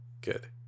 good